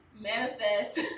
manifest